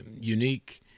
unique